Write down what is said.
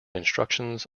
instructions